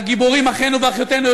הגיבורים אחינו ואחיותינו,